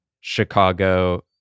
Chicago